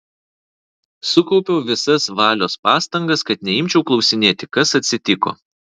sukaupiau visas valios pastangas kad neimčiau klausinėti kas atsitiko